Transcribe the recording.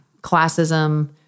classism